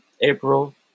April